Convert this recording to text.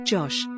Josh